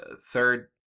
Third